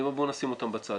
אני אומר בוא נשים אותם בצד,